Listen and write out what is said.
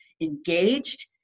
Engaged